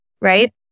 right